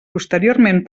posteriorment